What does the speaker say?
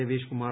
Raveesh Kumar